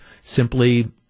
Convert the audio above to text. simply